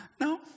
no